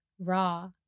raw